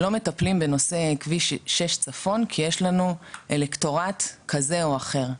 מטפלים בנושא כביש 6 צפון כי יש לנו אלקטורט כזה או אחר.